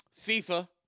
FIFA